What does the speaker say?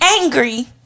angry